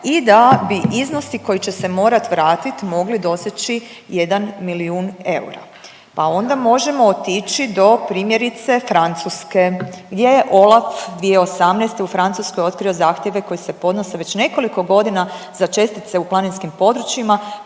i da bi iznosi koji će se morat vratit mogli doseći jedan milijun eura, pa onda možemo otići do primjerice Francuske gdje je OLAF 2018. u Francuskoj otkrio zahtjeve koji se podnose već nekoliko godina za čestice u planinskim područjima